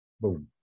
Boom